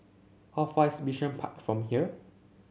how far is Bishan Park from here